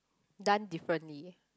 done differently